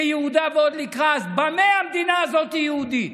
כיהודה ועוד לקרא: אז במה המדינה הזאת יהודית?